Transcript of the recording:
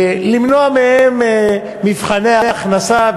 למנוע מהם מבחני הכנסה,